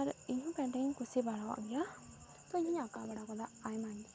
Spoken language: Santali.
ᱟᱨ ᱤᱧ ᱵᱟᱰᱟᱭᱟᱹᱧ ᱠᱩᱥᱤ ᱵᱟᱲᱟᱣᱟᱜ ᱜᱮᱭᱟ ᱛᱚ ᱤᱧ ᱟᱸᱠᱟᱣ ᱵᱟᱲᱟ ᱠᱟᱫᱟ ᱟᱭᱢᱟ ᱜᱮ